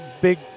Big